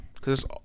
Cause